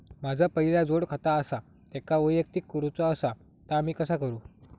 माझा पहिला जोडखाता आसा त्याका वैयक्तिक करूचा असा ता मी कसा करू?